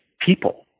people